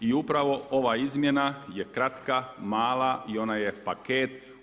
I upravo ova izmjena je kratka, mala i ona je paket.